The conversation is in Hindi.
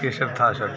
यह सब था सर